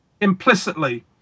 implicitly